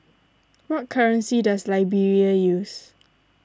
what currency does Liberia use